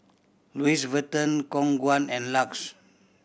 Louis Vuitton Khong Guan and LUX